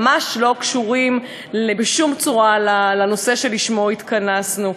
ממש לא קשורים בשום צורה לנושא שלשמו התכנסנו,